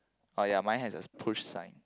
oh ya mine has a push sign